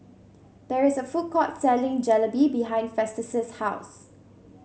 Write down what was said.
there is a food court selling Jalebi behind Festus' house